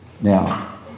Now